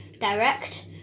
Direct